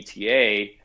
eta